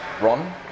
Ron